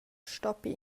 stoppi